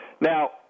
Now